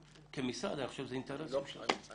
כמשרד אני חושב שזה אינטרס שלכם.